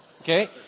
Okay